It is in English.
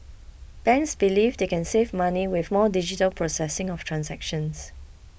banks believe they can save money with more digital processing of transactions